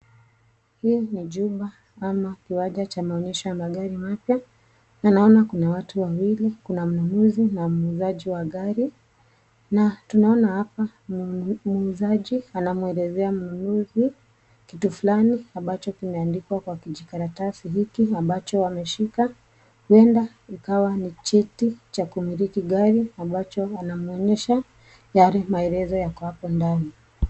Hii ni jumba ama kiwanja cha maonyesho ya magari mapya, na naona kuna watu wawili. Kuna mnunuzi na muuzaji wa gari, na tunaona hapa muuzaji anamwelezea mnunuzi kitu fulani, ambacho kimeandikwa kwa kijikaratasi ambacho ameshika, huenda ikawa ni cheti cha kumiliki gari ambacho anamwonesha gari maelezo yako hapo ndani.